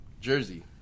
jersey